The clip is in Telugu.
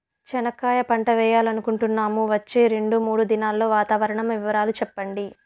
చెనక్కాయ పంట వేయాలనుకుంటున్నాము, వచ్చే రెండు, మూడు దినాల్లో వాతావరణం వివరాలు చెప్పండి?